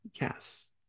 yes